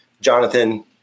Jonathan